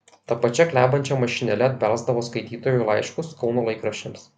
ta pačia klebančia mašinėle atbelsdavo skaitytojų laiškus kauno laikraščiams